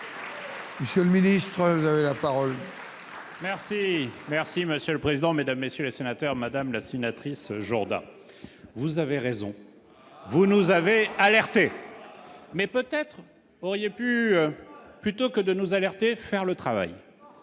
activité. Ce ministre, vous avez la parole. Merci, merci, monsieur le président, Mesdames, messieurs les sénateurs, Madame la sénatrice, Jourdain, vous avez raison, vous nous avez alertés mais peut-être auriez pu plutôt que de nous alerter, faire le travail